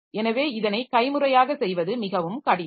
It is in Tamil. எனவே இதனை கைமுறையாக செய்வது மிகவும் கடினம்